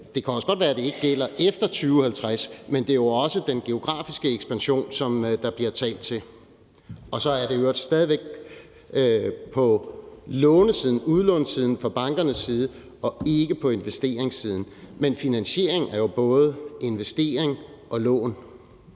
Det kan også godt være, det ikke gælder efter 2050, men det er jo også den geografiske ekspansion, som der bliver talt om. Og så er det i øvrigt stadig væk på udlånssiden fra bankernes side og ikke på investeringssiden, men finansiering er jo både investering og lån.